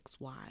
XY